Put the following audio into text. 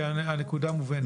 כי הנקודה מובנית.